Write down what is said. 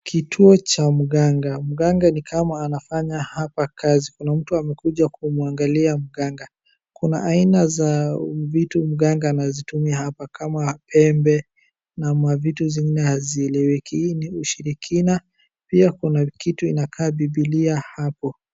Kituo cha mganga. Mganga ni kama anafanya hapa kazi. Kuna mtu amekuja kumwagalia mganga. Kuna aina za vitu mganga anazitumia hapa kama pembe na mavitu zingine hazieleweki. Hii ni ushirikina, pia kuna kitu inakaa bibilia hapo.